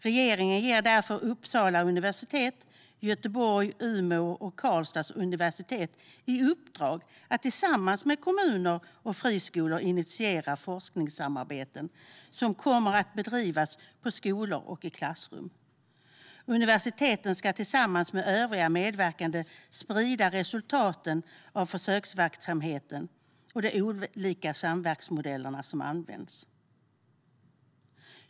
Regeringen ger därför universiteten i Uppsala, Göteborg, Umeå och Karlstad i uppdrag att tillsammans med kommuner och friskolor initiera forskningssamarbeten som kommer att bedrivas på skolor och i klassrum. Universiteten ska tillsammans med övriga medverkande sprida resultaten av försöksverksamheten och de olika samverkansmodeller som används.